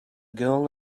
girl